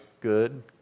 good